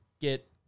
get